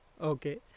Okay